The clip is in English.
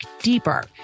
deeper